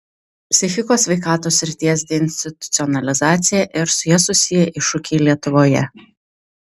psichikos sveikatos srities deinstitucionalizacija ir su ja susiję iššūkiai lietuvoje